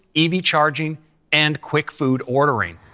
ev charging and quick food ordering.